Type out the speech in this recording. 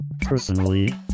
Personally